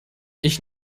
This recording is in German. ich